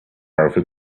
powerful